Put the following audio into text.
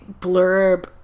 blurb